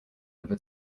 over